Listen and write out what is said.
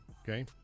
Okay